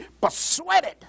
persuaded